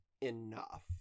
enough